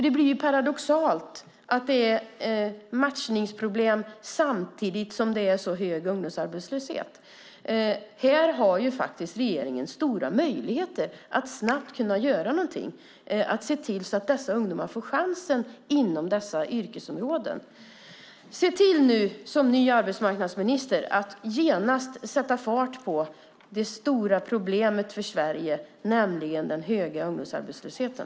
De är paradoxalt att det är matchningsproblem samtidigt som det är hög ungdomsarbetslöshet. Här har regeringen stora möjligheter att snabbt kunna göra något och se till att ungdomar får chansen inom dessa yrkesområden. Se nu till som ny arbetsmarknadsminister att genast hitta en lösning på det stora problemet för Sverige, nämligen den höga ungdomsarbetslösheten!